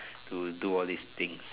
to do all these things